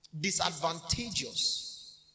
disadvantageous